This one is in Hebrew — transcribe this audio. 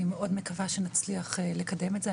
אני מקווה מאוד שנצליח לקדם את זה.